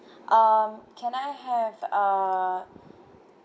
um can I have uh